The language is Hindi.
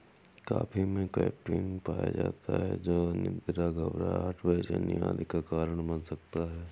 कॉफी में कैफीन पाया जाता है जो अनिद्रा, घबराहट, बेचैनी आदि का कारण बन सकता है